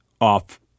off